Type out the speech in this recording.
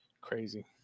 crazy